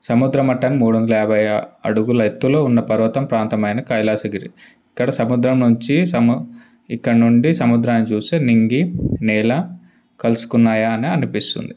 సముద్ర మట్టానికి మూడు వందల యాభై ఆ అడుగుల ఎత్తులో ఉన్న పర్వతం ప్రాంతమైన కైలాసగిరి ఇక్కడ సముద్రం నుంచి సమ ఇక్కడి నుండి సముద్రాన్నిచూస్తే నింగి నేల కలుసుకున్నాయా అని అనిపిస్తుంది